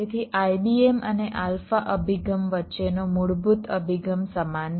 તેથી IBM અને alpha અભિગમ વચ્ચેનો મૂળભૂત અભિગમ સમાન છે